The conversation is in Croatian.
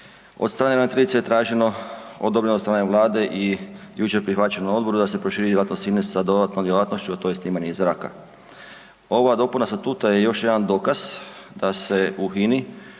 Od strane ravnateljice je traženo, odobreno od strane Vlade i jučer prihvaćeno na odboru da se proširi djelatnost HINA-e, a to je snimanje iz zraka. Ova dopuna statuta je još jedan dokaz da se u HINA-i